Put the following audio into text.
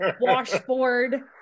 washboard